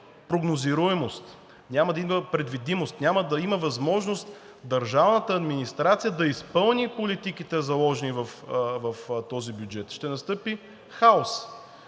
прогнозируемост, няма да има предвидимост, няма да има възможност държавната администрация да изпълни политиките, заложени в този бюджет – ще настъпи хаос.